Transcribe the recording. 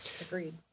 Agreed